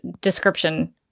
description